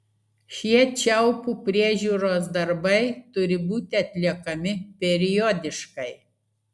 šie čiaupų priežiūros darbai turi būti atliekami periodiškai